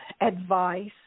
advice